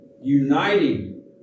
uniting